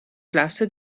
classe